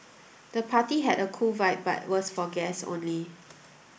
the party had a cool vibe but was for guests only